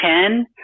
ten